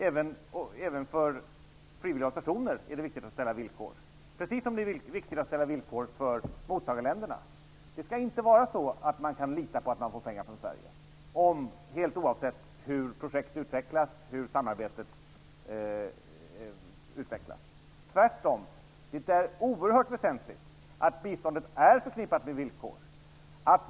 Det är viktigt att ställa villkor även för frivilliga organisationer, precis som det är viktigt att ställa villkor för mottagarländerna. Det skall inte vara så, att man kan lita på att få pengar från Sverige, helt oavsett hur projekt och samarbete utvecklas. Tvärtom är det oerhört väsentligt att biståndet är förknippat med villkor.